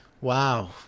Wow